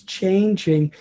changing